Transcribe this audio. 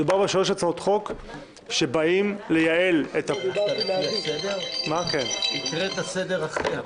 מדובר בשלוש הצעות חוק שבאות לייעל --- הקראת סדר אחר.